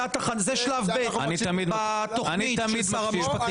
זה שלב ב' בתוכנית של שר המשפטים.